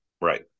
Right